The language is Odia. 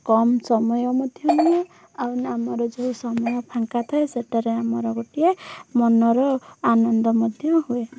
କମ୍ ସମୟ ମଧ୍ୟରେ ଆଉ ଆମର ଯେଉଁ ସମୟ ଫାଙ୍କା ଥାଏ ସେଠାରେ ଆମର ଗୋଟିଏ ମନର ଆନନ୍ଦ ମଧ୍ୟ ହୁଏ